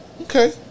Okay